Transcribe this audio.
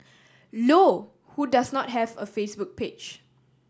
low who does not have a Facebook page